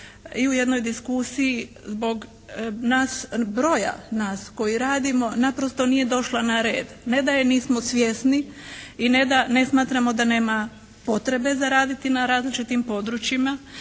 i u jednoj diskusiji zbog nas, broja nas koji radimo, naprosto nije došla na red. Ne da je nismo svjesni i ne da ne smatramo da nema potrebe za raditi na različitim područjima